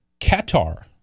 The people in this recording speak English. Qatar